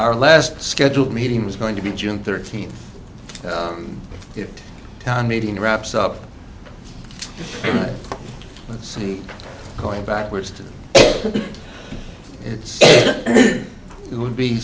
our last scheduled meeting was going to be june thirteenth town meeting wraps up let's see going backwards to see who would be